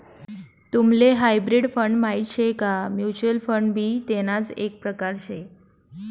तुम्हले hybrid fund माहित शे का? म्युच्युअल फंड भी तेणाच एक प्रकार से